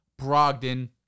Brogdon